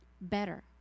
better